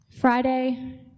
Friday